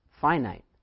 finite